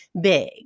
big